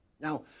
Now